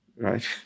right